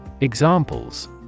Examples